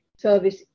service